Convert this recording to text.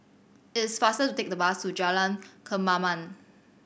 it is faster to take the bus to Jalan Kemaman